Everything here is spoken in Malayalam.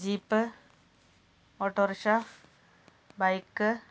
jeep autorickshaw bike